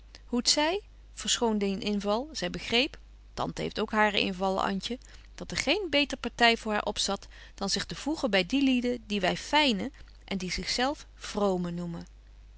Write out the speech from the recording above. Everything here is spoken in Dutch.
hoe t zy verschoon dien inval zy begreep tante heeft ook haare invallen antje dat er geen beter party voor haar opzat dan zich te betje wolff en aagje deken historie van mejuffrouw sara burgerhart voegen by die lieden die wy fynen en die zich zelf vroomen noemen